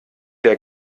der